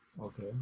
Okay